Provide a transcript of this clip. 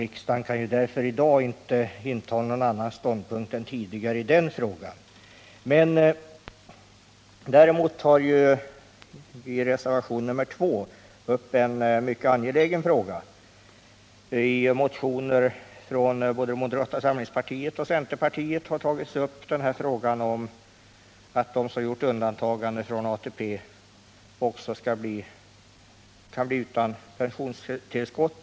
Riksdagen kan därför i dag inte inta någon annan ståndpunkt än tidigare när det gäller den frågan. I reservationen 2 tas det emellertid upp en mycket angelägen fråga. Problemet att de som begärt undantag från ATP härigenom kan bli utan pensionstillskott har tagits upp i motioner från både moderata samlingspartiet och centerpartiet.